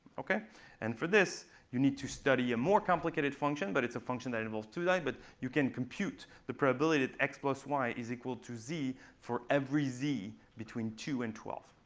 and for this you need to study a more complicated function. but it's a function that enables two die. but you can compute the probability that x plus y is equal to z, for every z between two and twelve.